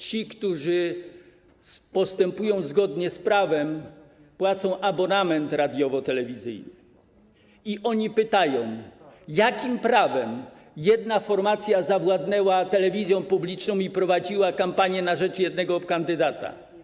Ci, którzy postępują zgodnie z prawem, płacą abonament radiowo-telewizyjny, pytają: Jakim prawem jedna formacja zawładnęła telewizją publiczną i prowadziła kampanię na rzecz jednego kandydata?